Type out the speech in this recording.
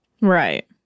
Right